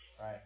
Right